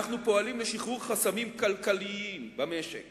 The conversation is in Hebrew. אנחנו פועלים לשחרור חסמים כלכליים במשק